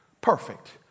Perfect